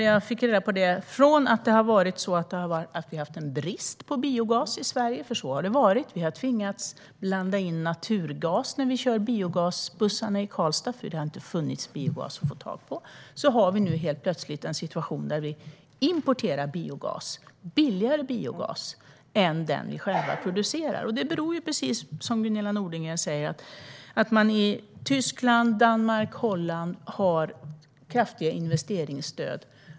Jag fick då reda på att vi, från att ha haft brist på biogas i Sverige så att vi i Karlstad tvingats blanda i naturgas när vi kör biogasbussarna eftersom det inte har funnits biogas att få tag på, nu plötsligt har en situation där vi importerar biogas, som är billigare än den vi själva producerar. Detta beror, som Gunilla Nordgren säger, på att man i Tyskland, Danmark och Holland har kraftiga investeringsstöd.